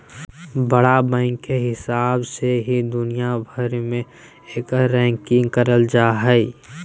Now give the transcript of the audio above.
बड़ा बैंक के हिसाब से ही दुनिया भर मे एकर रैंकिंग करल जा हय